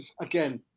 again